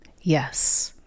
Yes